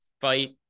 fight